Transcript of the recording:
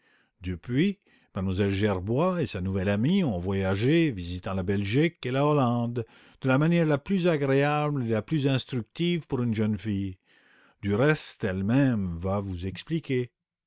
depuis m lle gerbois et sa nouvelle amie ont voyagé visitant la belgique et la hollande de la manière la plus agréable et la plus instructive pour une jeune fille du reste elle-même va vous expliquer